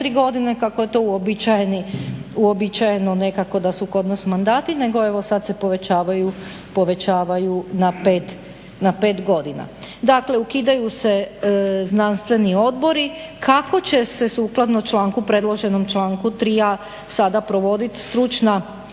kako je to uobičajeno nekako da su kod nas mandati nego evo sad se povećavaju na pet godina. Dakle ukidaju se znanstveni odbori. Kako će se sukladno članku predloženom članku 3.a sada provodit stručna